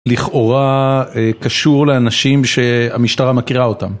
לכאורה קשור לאנשים שהמשטרה מכירה אותם.